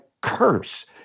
curse